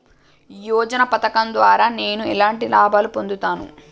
యోజన పథకం ద్వారా నేను ఎలాంటి లాభాలు పొందుతాను?